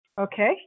Okay